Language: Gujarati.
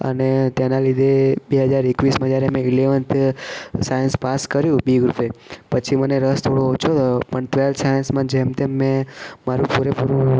અને તેના લીધે બે હજાર એકવીસમાં જ્યારે મેં ઇલેવન્થ સાઇન્સ પાસ કર્યું બી ગ્રુપે પછી મને રસ થોડો ઓછો થયો પણ ટવેલ્થ સાયન્સમાં જેમ તેમ મેં મારું પૂરે પૂરું